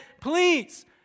Please